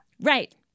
Right